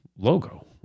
Logo